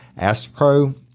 AstroPro